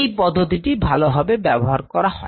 এই পদ্ধতিটি ভালোভাবে ব্যবহার করা হয়